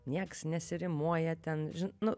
nieks nesirimuoja ten ži nu